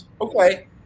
okay